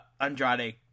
Andrade